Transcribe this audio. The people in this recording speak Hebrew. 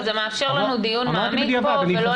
אבל זה מאפשר לנו דיון מעמיק פה ולא